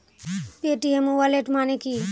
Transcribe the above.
Paytm wallet মানে কি?